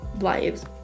lives